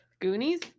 Goonies